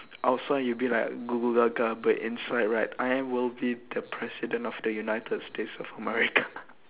outside you'll be like but inside right I will be the president of the united-states-of-america